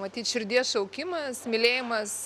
matyt širdies šaukimas mylėjimas